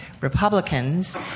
Republicans